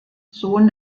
sohn